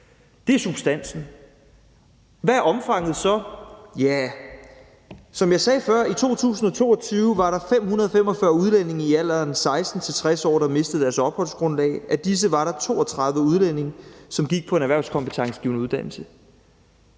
Det er substansen. Hvad er omfanget så? Ja, som jeg sagde før, var der i 2022 545 udlændinge i alderen 16-60 år, der mistede deres opholdsgrundlag. Af disse var der 32 udlændinge, som gik på en erhvervskompetencegivende uddannelse.